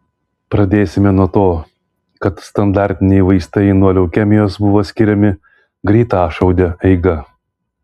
pradėsime nuo to kad standartiniai vaistai nuo leukemijos buvo skiriami greitašaude eiga